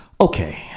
okay